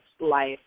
life